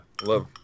Love